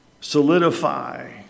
solidify